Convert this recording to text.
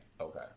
okay